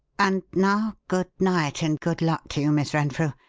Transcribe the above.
and now, good-night and good luck to you, miss renfrew.